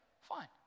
fine